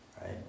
right